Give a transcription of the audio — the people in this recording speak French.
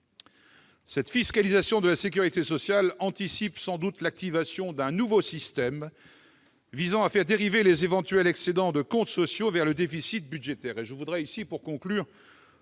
La fiscalisation de la sécurité sociale préfigure sans doute l'activation d'un nouveau système, visant à affecter les éventuels excédents de comptes sociaux au comblement du déficit budgétaire.